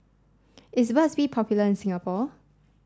is Burt's bee popular in Singapore